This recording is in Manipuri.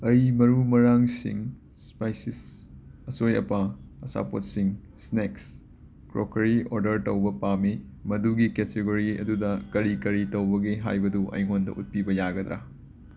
ꯑꯩ ꯃꯔꯨ ꯃꯔꯥꯡꯁꯤꯡ ꯁ꯭ꯄꯥꯏꯁꯤꯁ ꯑꯆꯣꯏ ꯑꯄꯥ ꯑꯆꯥꯄꯣꯠꯁꯤꯡ ꯁ꯭ꯅꯦꯛꯁ ꯀ꯭ꯔꯣꯀꯔꯤ ꯑꯣꯔꯗꯔ ꯇꯧꯕ ꯄꯥꯝꯃꯤ ꯑꯗꯨꯒꯤ ꯀꯦꯇꯤꯒꯣꯔꯤ ꯑꯗꯨꯗ ꯀꯔꯤ ꯀꯔꯤ ꯇꯧꯕꯒꯦ ꯍꯥꯏꯕꯗꯨ ꯑꯩꯉꯣꯟꯗ ꯎꯠꯄꯤꯕ ꯌꯥꯒꯗ꯭ꯔꯥ